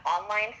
online